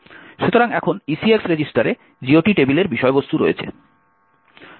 সুতরাং এখন ECX রেজিস্টারে GOT টেবিলের বিষয়বস্তু রয়েছে